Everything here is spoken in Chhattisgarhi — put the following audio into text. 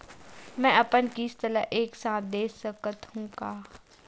मै अपन किस्त ल एक साथ दे सकत हु का?